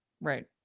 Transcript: right